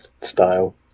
style